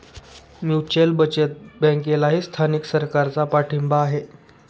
mutual बचत बँकेलाही स्थानिक सरकारचा पाठिंबा आहे